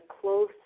close